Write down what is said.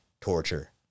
torture